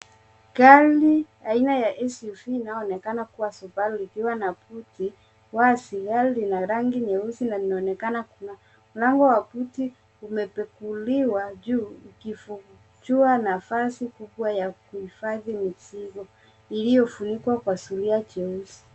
Gari aina ya SUV inaonekana kuwa Subaru likiwa na buti wazi . Gari lina rangi nyeusi na linaonekana kuna mlango wa buti limepepuliwa juu ukifuchua nafasi kubwa ya kuhifadhi mizigo iliyo funikwa kwa sinia jeusi.